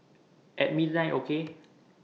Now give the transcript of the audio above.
At midnight okay